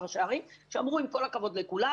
ראשי ערים ואמרו לי: עם כל הכבוד לכולם,